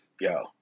yo